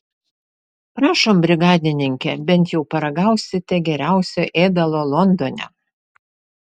prašom brigadininke bent jau paragausite geriausio ėdalo londone